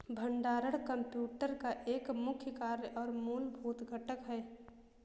भंडारण कंप्यूटर का एक मुख्य कार्य और मूलभूत घटक है